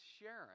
sharing